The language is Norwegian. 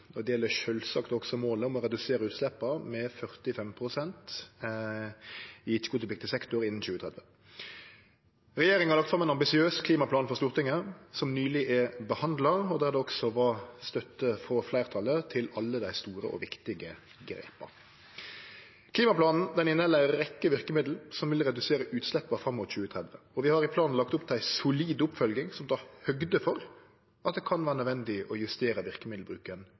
Det gjeld sjølvsagt også målet om å redusere utsleppa med 45 pst. i ikkje-kvotepliktig sektor innan 2030. Regjeringa har lagt fram ein ambisiøs klimaplan for Stortinget, som nyleg er behandla, og der det også var støtte frå fleirtalet til alle dei store og viktige grepa. Klimaplanen inneheld ei rekkje verkemiddel som vil redusere utsleppa fram mot 2030, og vi har i planen lagt opp til ei solid oppfølging som tek høgd for at det kan vere nødvendig å justere verkemiddelbruken